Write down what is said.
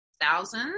thousand